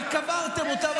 וקברתם אותה,